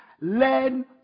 Learn